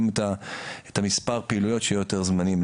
גם את מספר הפעילויות שיהיה יותר זמנים.